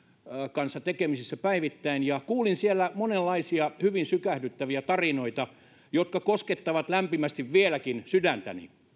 kanssa tekemisissä päivittäin ja kuulin siellä monenlaisia hyvin sykähdyttäviä tarinoita jotka koskettavat vieläkin lämpimästi sydäntäni